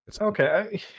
okay